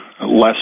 less